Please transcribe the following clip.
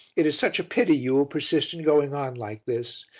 it is such a pity you will persist in going on like this.